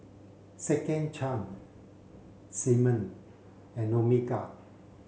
Second Chance Simmon and Omega